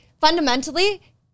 fundamentally